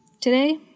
Today